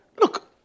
Look